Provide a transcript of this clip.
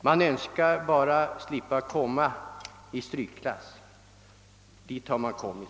Man önskar bara att slippa komma i strykklass. Dit har man kommit.